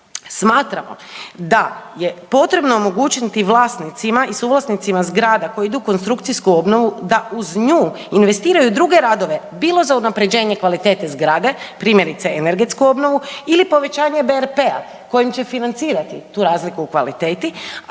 smatramo da je potrebno omogućiti vlasnicima i suvlasnicima zgrada koje idu u konstrukcijsku obnovu da uz nju investiraju druge radove bilo za unaprjeđenje kvalitete zgrade, primjerice energetsku obnovu ili povećanje BRP-a kojim će financirati tu razliku u kvalitetu,